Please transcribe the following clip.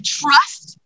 trust